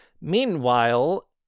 meanwhile